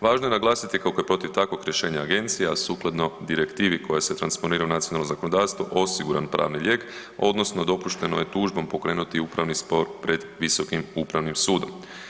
Važno je naglasiti kako je protiv takvog rješenja Agencija a sukladno direktivi koja se transponira u nacionalno zakonodavstvo osiguran pravni lijek odnosno dopušteno je tužbom pokrenuti upravni spor pred Visokim upravnim sudom.